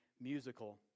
musical